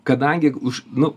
kadangi už nu